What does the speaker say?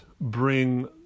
bring